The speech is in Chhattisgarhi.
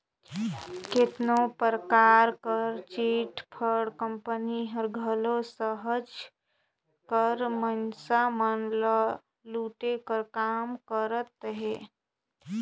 केतनो परकार कर चिटफंड कंपनी हर घलो सहज कर मइनसे मन ल लूटे कर काम करत अहे